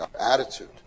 Attitude